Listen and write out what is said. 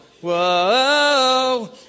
whoa